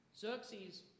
Xerxes